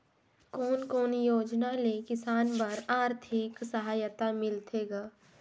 कोन कोन योजना ले किसान बर आरथिक सहायता मिलथे ग?